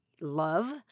love